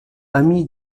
ami